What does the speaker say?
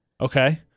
Okay